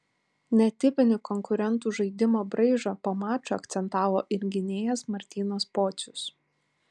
netipinį konkurentų žaidimo braižą po mačo akcentavo ir gynėjas martynas pocius